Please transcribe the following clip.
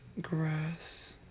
grass